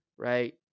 Right